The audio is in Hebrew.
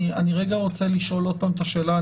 אני רק רוצה לשאול עוד פעם את השאלה,